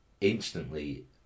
instantly